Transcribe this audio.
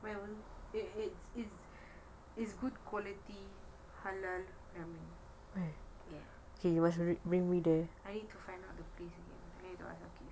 well it's good quality halal I need to find out the place name I need to ask zakiq